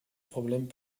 problèmes